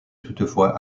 toutefois